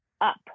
up